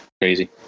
Crazy